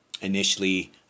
Initially